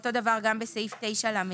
ואותו דבר גם בסעיף 9לג,